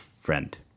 friend